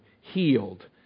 healed